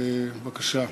בבקשה.